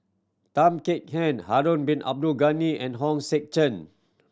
Tan Kek Hiang Harun Bin Abdul Ghani and Hong Sek Chern